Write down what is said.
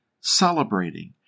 celebrating